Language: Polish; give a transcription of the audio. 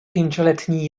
pięcioletni